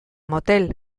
motel